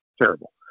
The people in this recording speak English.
terrible